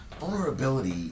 vulnerability